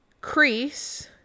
crease